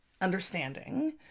understanding